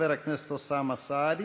חבר הכנסת אוסאמה סעדי.